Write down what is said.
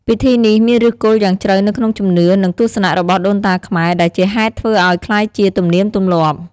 ពិធីនេះមានឫសគល់យ៉ាងជ្រៅនៅក្នុងជំនឿ និងទស្សនៈរបស់ដូនតាខ្មែរ ដែលជាហេតុធ្វើឲ្យវាក្លាយជាទំនៀមទម្លាប់។